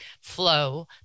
flow